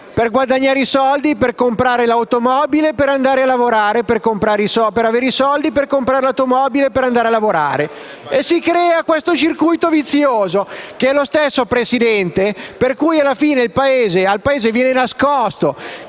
per guadagnare i soldi per comprare l'automobile per andare a lavorare, per avere i soldi per comprare l'automobile per andare a lavorare: si crea un circuito vizioso che è lo stesso per cui, Presidente, alla fine al Paese viene nascosto